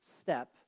step